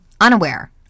unaware